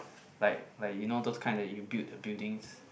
like like you know those kind that you build the buildings